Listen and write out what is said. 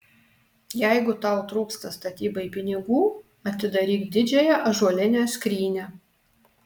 jeigu tau trūksta statybai pinigų atidaryk didžiąją ąžuolinę skrynią